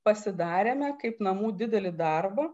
pasidarėme kaip namų didelį darbą